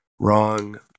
wrong